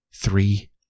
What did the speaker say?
three